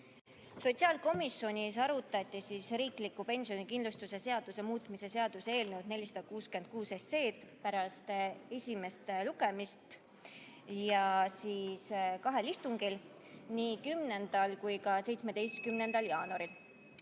Sotsiaalkomisjonis arutati riikliku pensionikindlustuse seaduse muutmise seaduse eelnõu 466 pärast esimest lugemist kahel istungil – nii 10. kui ka 17. jaanuaril.